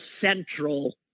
central